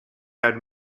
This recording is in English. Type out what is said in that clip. had